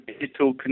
Digital